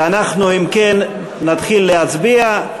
ואנחנו, אם כן, נתחיל להצביע.